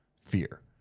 Fear